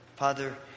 Father